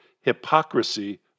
Hypocrisy